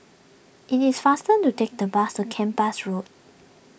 it is faster to take the bus to Kempas Road